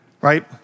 right